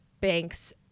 banks